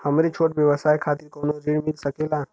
हमरे छोट व्यवसाय खातिर कौनो ऋण मिल सकेला?